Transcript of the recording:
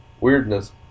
weirdness